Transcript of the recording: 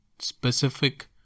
specific